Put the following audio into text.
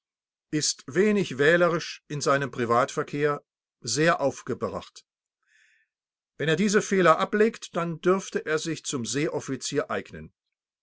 ist wenig wählerisch in seinem privatverkehr sehr aufgebracht wenn er diese fehler ablegt dann dürfte er sich zum seeoffizier eignen